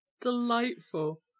Delightful